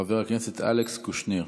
חבר הכנסת אלכס קושניר,